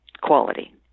quality